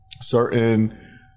Certain